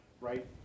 right